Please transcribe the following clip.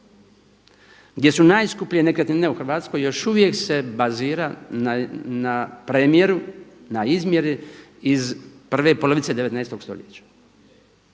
gdje su najskuplje nekretnine u Hrvatskoj još uvijek se bazira na premjeru, na izmjeri iz prve polovice 19. stoljeća.